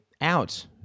out